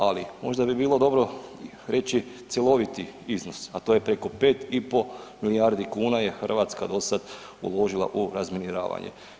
Ali možda bi bilo dobro reći cjeloviti iznos, a to je preko 5 i pol milijardi kuna je Hrvatska do sada uložila u razminiravanje.